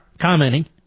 commenting